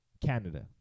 Canada